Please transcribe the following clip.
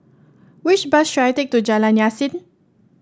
which bus should I take to Jalan Yasin